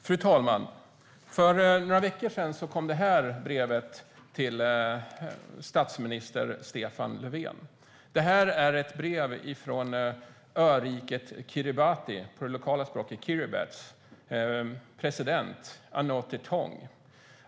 Fru talman! För några veckor sedan kom det ett brev till statsminister Stefan Löfven. Brevet är från Kiribatis president, Anote Tong.